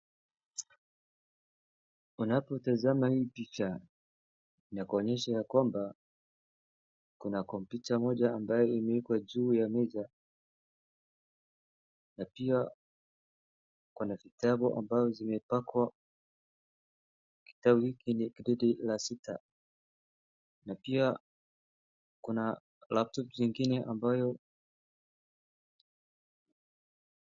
Unapotazama hii picha, inatuonyesha ya kwamba kuna kompyuta moja ambayo imewekwa juu ya meza na pia kuna vitabu ambazo zimepakwa, kitabu chenye gredi ya sita, na pia kuna laptop zingine ambayo.